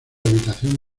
habitación